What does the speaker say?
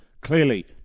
Clearly